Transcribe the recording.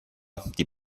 die